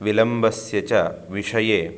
विलम्बस्य च विषये